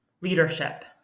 leadership